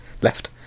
Left